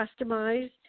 customized